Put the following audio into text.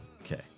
okay